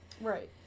Right